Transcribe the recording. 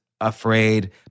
afraid